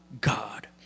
God